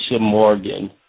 Morgan